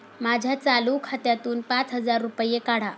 माझ्या चालू खात्यातून पाच हजार रुपये काढा